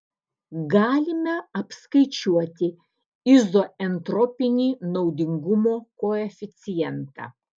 galime apskaičiuoti izoentropinį naudingumo koeficientą